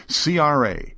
CRA